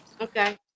Okay